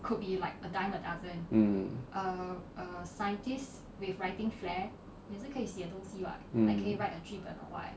mm mm